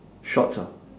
shorts ah